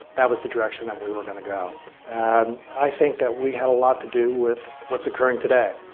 that was the direction that we were going to go and i think that we had a lot to do with what's occurring today,